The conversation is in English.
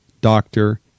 doctor